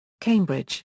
Cambridge